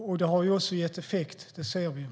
Det har också gett effekt, vilket vi ser.